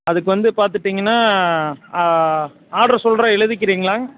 அதுக்கு வந்து பார்த்துட்டீங்கன்னா ஆ ஆர்டர் சொல்கிறேன் எழுதிக்கிறீங்களா